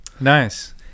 Nice